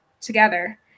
together